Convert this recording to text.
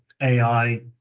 AI